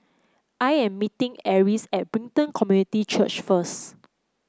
I am meeting Eris at Brighton Community Church first